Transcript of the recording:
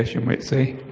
you might say,